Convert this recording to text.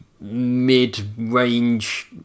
mid-range